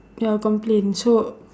ya complain so